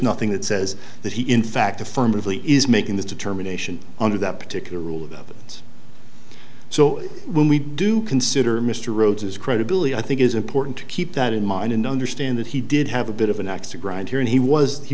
nothing that says that he in fact affirmatively is making the determination on that particular rule of evidence so when we do consider mr rhodes his credibility i think is important to keep that in mind and understand that he did have a bit of an ax to grind here and he was he